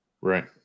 Right